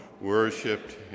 worshipped